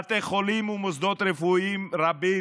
בתי חולים ומוסדות רפואיים רבים,